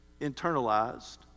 internalized